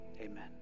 amen